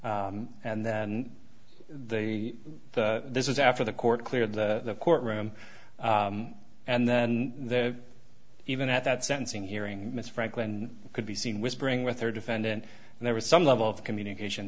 g and then they this is after the court cleared the courtroom and then even at that sentencing hearing miss franklin could be seen whispering with her defendant and there was some level of communication